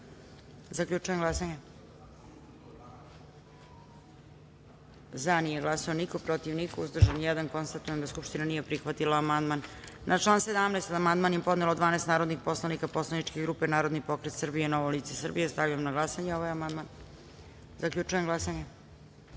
amandman. Zaključujem glasanje: za – nije glasao niko, protiv – niko, uzdržan – jedan. Konstatujem da Skupština nije prihvatila amandman. Na član 47. amandman je podnelo 12 narodnih poslanika poslaničke grupe Narodni pokret Srbije – Novo lice Srbije. Stavljam na glasanje amandman. Zaključujem glasanje: